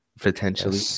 potentially